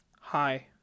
Hi